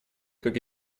как